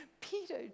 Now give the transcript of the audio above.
Peter